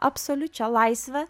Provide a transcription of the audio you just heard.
absoliučią laisvę